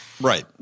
Right